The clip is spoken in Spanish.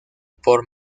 por